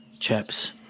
chaps